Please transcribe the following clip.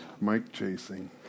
Mic-chasing